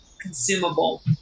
consumable